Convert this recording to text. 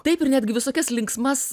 taip ir netgi visokias linksmas